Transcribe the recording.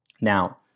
Now